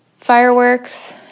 fireworks